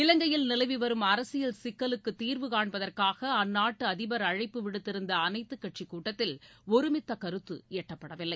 இலங்கையில் நிலவிவரும் அரசியல் சிக்கலுக்கு தீர்வு காண்பதற்காக அந்நாட்டு அதிபர் அழைப்பு விடுத்திருந்த அனைத்துக் கட்சிக் கூட்டத்தில் ஒருமித்த கருத்து எட்டப்படவில்லை